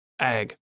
Ag